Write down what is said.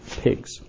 pigs